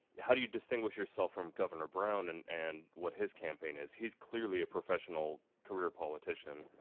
how do you distinguish yourself from governor brown and and what his campaign is? he's clearly a professional career politician,